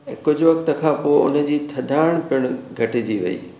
ऐं कुझु वक़्त खां पोइ उनजी थधाणि पिणु घटिजी वई